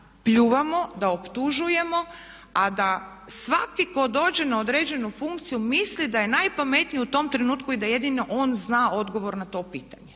pljuvamo, da optužujemo, a da svaki tko dođe na određenu funkciju misli da je najpametniji u tom trenutku i da jedino on zna odgovor na to pitanje.